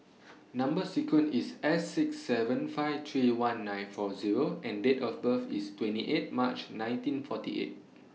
Number sequence IS S six seven five three one nine four Zero and Date of birth IS twenty eight March nineteen forty eight